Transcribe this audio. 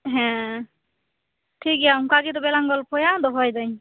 ᱦᱮᱸ ᱴᱷᱤᱠᱜᱮᱭᱟ ᱚᱱᱠᱟᱜᱮ ᱛᱚᱵᱮᱞᱟᱝ ᱜᱚᱞᱯᱚᱭᱟ ᱫᱚᱦᱚᱭᱮᱫᱟ ᱧ